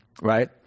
right